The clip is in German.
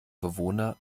bewohner